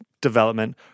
development